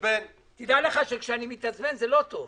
דע לך שכאשר אני מתעצבן, זה לא טוב.